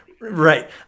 right